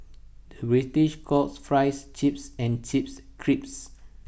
the British calls Fries Chips and Chips Crisps